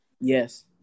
yes